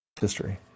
History